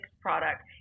product